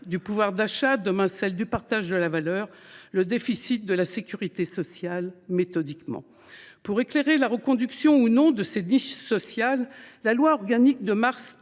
du pouvoir d’achat, demain le projet de loi relatif au partage de la valeur –, le déficit de la sécurité sociale, méthodiquement. Pour éclairer la reconduction ou non de ces niches sociales, la loi organique de mars